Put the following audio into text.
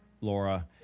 Laura